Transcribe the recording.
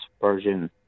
version